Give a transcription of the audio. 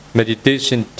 meditation